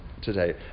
today